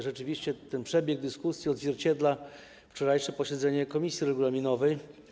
Rzeczywiście ten przebieg dyskusji odzwierciedla przebieg wczorajszego posiedzenia komisji regulaminowej.